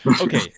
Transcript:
Okay